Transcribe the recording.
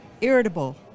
irritable